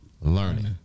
Learning